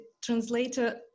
translator